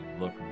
Look